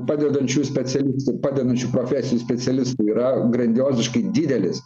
padedančių specialistų padedančių profesinių specialistų yra grandioziškai didelis